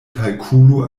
kalkulu